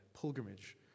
pilgrimage